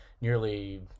nearly